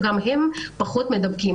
שגם הם פחות מדבקים.